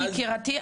יקירתי,